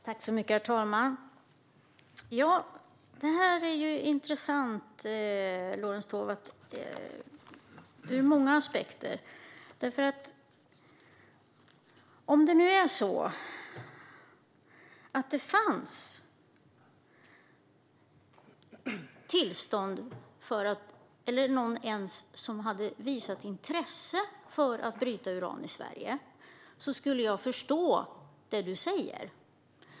Herr talman! Det här är intressant ur många aspekter, Lorentz Tovatt. Om det nu vore så att det fanns tillstånd eller att någon över huvud taget hade visat intresse för att bryta uran i Sverige skulle jag förstå det du säger.